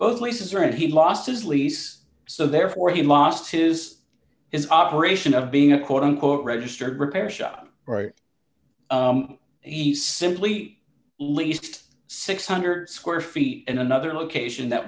both places are and he lost his lease so therefore he lost his his operation of being a quote unquote registered repair shop right he simply least six hundred square feet in another location that